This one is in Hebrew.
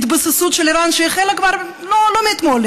ההתבססות של איראן החלה לא מאתמול,